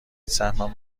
سهمم